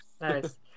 Nice